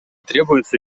требуются